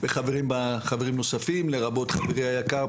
וחברים נוספים לרבות חברי היקר,